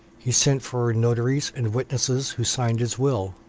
he sent for notaries and witnesses' who signed his will.